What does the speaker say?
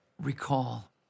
recall